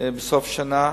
בסוף השנה.